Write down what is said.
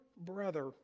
brother